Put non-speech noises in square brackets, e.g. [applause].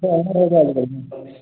[unintelligible]